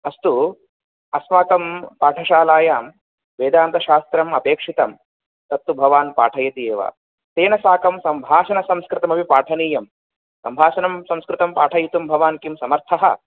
अस्तु अस्माकं पाठशालायां वेदान्तशास्त्रम् अपेक्षितं तत्तु भवान् पाठयति एव तेन साकं सम्भाषणसंस्कृतमपि पाठनीयं सम्भाषणं संस्कृतं पाठयितुं भवान् किं समर्थः